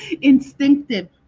Instinctive